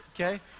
Okay